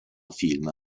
film